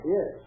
Yes